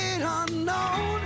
unknown